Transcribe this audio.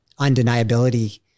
undeniability